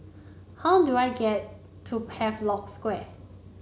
how do I get to Havelock Square